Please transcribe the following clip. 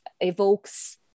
evokes